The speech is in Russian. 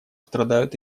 страдают